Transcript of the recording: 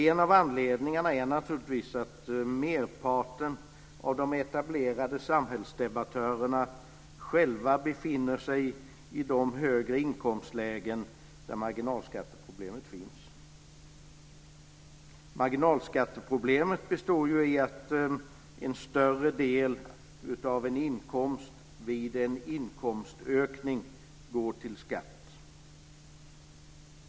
En av anledningarna är naturligtvis att merparten av de etablerade samhällsdebattörerna själva befinner sig i de högre inkomstlägen där marginalskatteproblemet finns. Marginalskatteproblemet består ju i att en större del av en inkomstökning går till skatt.